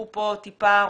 הוא פה טיפה רופף.